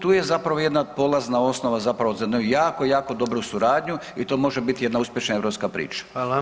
Tu, tu je zapravo jedna polazna osnova zapravo za jednu jako, jako dobru suradnju i to može biti jedna uspješna europska priča.